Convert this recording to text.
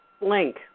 link